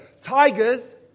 tigers